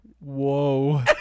whoa